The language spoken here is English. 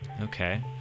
Okay